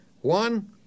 One